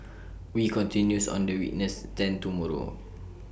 wee continues on the witness stand tomorrow